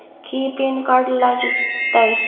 की PAN card लग तै?